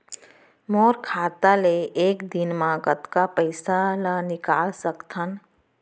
मोर खाता ले एक दिन म कतका पइसा ल निकल सकथन?